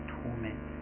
torment